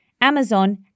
Amazon